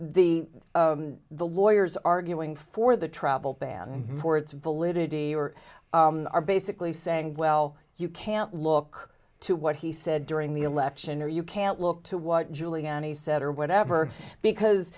the the lawyers arguing for the travel ban for its validity or are basically saying well you can't look to what he said during the election or you can't look to what giuliani said or whatever because